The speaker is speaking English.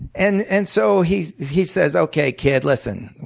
and and so he he says okay, kid, listen.